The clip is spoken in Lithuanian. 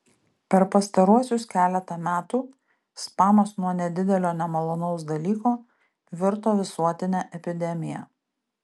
per pastaruosius keletą metų spamas nuo nedidelio nemalonaus dalyko virto visuotine epidemija